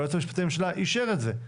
והיועץ המשפטי לממשלה אישר את זה.